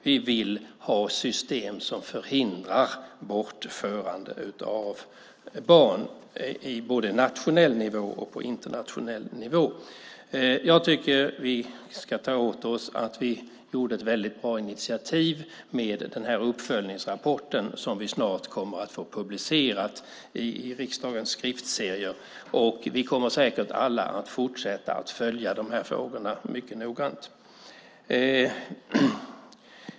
Vi vill ha system som förhindrar bortförande av barn på både nationell nivå och internationell nivå. Jag tycker att vi ska ta åt oss att vi tog ett väldigt bra initiativ med den uppföljningsrapport som vi snart kommer att få publicerad i riksdagens skriftserie. Vi kommer säkert alla att fortsätta att följa de här frågorna mycket noggrant.